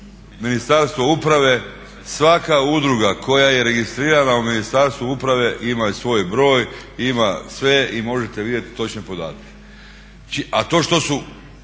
u Ministarstvo uprave svaka udruga koja je registrirana u Ministarstvu uprave ima i svoj broj, ima sve i možete vidjeti točne podatke.